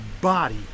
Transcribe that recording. body